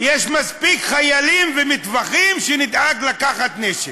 יש מספיק חיילים ומטווחים שנדאג לקחת נשק.